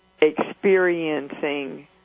experiencing